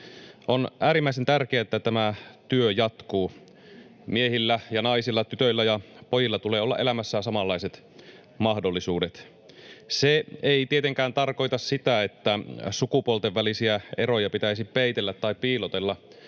On äärimmäisen tärkeää, että tämä työ jatkuu. Miehillä ja naisilla, tytöillä ja pojilla tulee olla elämässään samanlaiset mahdollisuudet. Se ei tietenkään tarkoita sitä, että sukupuolten välisiä eroja pitäisi peitellä tai piilotella,